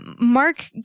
Mark